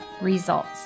results